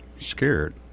scared